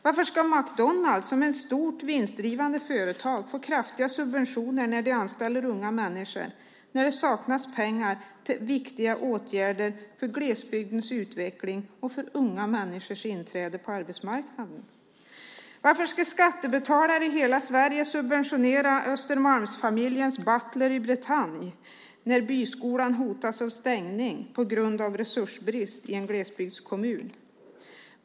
Varför ska McDonalds, som är ett stort vinstdrivande företag, få kraftiga subventioner när de anställer unga människor när det saknas pengar till viktiga åtgärder för glesbygdens utveckling och för unga människors inträde på arbetsmarknaden? Varför ska skattebetalare i hela Sverige subventionera Östermalmsfamiljens butler i Bretagne när byskolan hotas av stängning på grund av resursbrist i en glesbygdskommun?